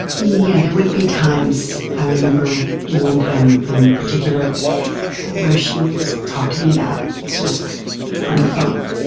yeah, there would be times, i remember one time in particular where she would talk to me about suicide on the phone,